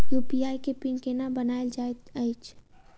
UPI केँ PIN केना बनायल जाइत अछि